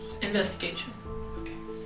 Investigation